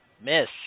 miss